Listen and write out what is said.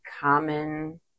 common